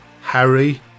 Harry